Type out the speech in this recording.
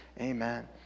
amen